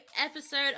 episode